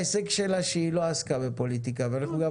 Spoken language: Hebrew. ההישג שלה שהיא לא עסקה בפוליטיקה ואנחנו גם